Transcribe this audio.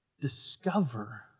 Discover